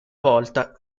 volta